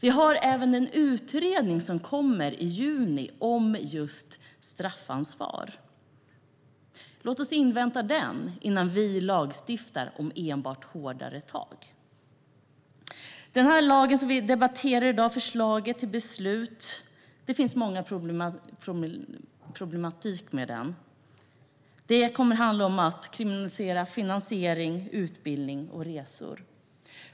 I juni kommer det en utredning om just straffansvar. Låt oss invänta den innan vi lagstiftar om enbart hårdare tag. Det här förslaget till beslut som vi debatterar i dag är problematiskt på många sätt. Det handlar om att kriminalisera finansiering, utbildning och resor.